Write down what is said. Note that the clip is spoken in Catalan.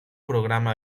programa